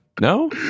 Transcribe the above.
No